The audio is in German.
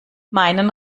meinen